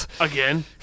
Again